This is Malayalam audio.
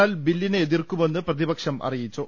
എന്നാൽ ബില്ലിനെ എതിർക്കുമെന്ന് പ്രതിപക്ഷം അറിയിച്ചു